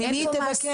ממי היא תבקש?